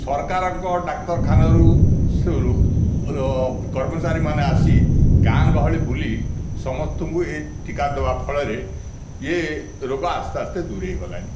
ସରକାରଙ୍କ ଡାକ୍ତରଖାନାରୁ କର୍ମଚାରୀମାନେ ଆସି ଗାଁ ଗହଳି ବୁଲି ସମସ୍ତଙ୍କୁ ଏ ଟୀକା ଦେବା ଫଳରେ ଇଏ ରୋଗ ଆସ୍ତେ ଆସ୍ତେ ଦୁରେଇ ଗଲାଣି